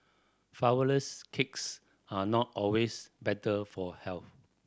flourless cakes are not always better for health